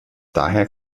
daher